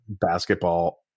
basketball